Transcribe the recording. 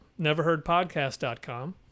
neverheardpodcast.com